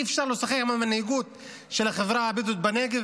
אי-אפשר לשוחח עם המנהיגות של החברה הבדואית בנגב?